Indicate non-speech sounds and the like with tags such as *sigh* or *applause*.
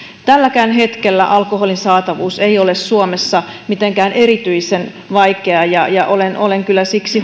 tälläkään hetkellä alkoholin saatavuus ei ole suomessa mitenkään erityisen vaikeaa ja ja olen olen kyllä siksi *unintelligible*